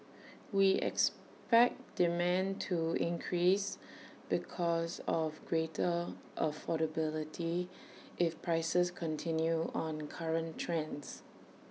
we expect demand to increase because of greater affordability if prices continue on current trends